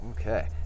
Okay